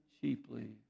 cheaply